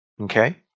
okay